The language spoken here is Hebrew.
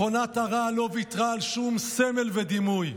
מכונת הרעל לא ויתרה על שום סמל ודימוי.